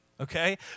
okay